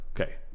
Okay